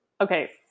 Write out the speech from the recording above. okay